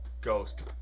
Ghost